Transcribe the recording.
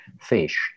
fish